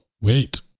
Wait